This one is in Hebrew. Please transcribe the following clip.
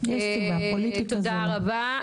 תודה רבה.